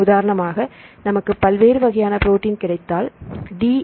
உதாரணமாக நமக்கு பல்வேறு வகையான புரோட்டின் கிடைத்தால் டி